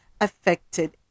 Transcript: affected